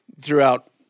throughout